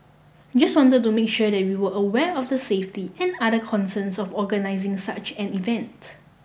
just want to make sure that we were aware of the safety and other concerns of organising such an event